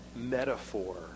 metaphor